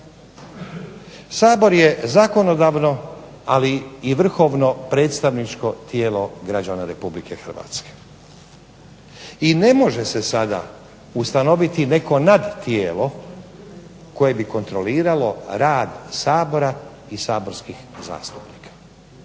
Sabor je zakonodavno ali i vrhovno predstavničko tijelo građana RH i ne može se sada ustanoviti neko nadtijelo koje bi kontroliralo rad Sabora i saborskih zastupnika.